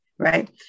Right